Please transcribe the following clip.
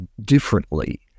differently